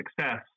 success